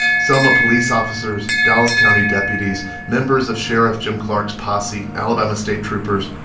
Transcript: selma police officers, dallas county deputies, members of sheriff jim clark's posse, alabama state troopers,